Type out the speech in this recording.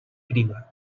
prima